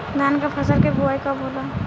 धान के फ़सल के बोआई कब होला?